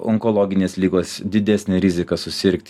onkologinės ligos didesnė rizika susirgt